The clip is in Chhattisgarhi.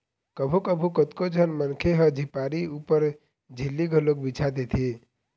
कभू कभू कतको झन मनखे ह झिपारी ऊपर झिल्ली घलोक बिछा देथे